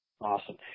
Awesome